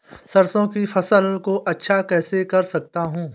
सरसो की फसल को अच्छा कैसे कर सकता हूँ?